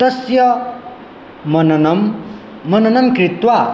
तस्य मननं मननं कृत्वा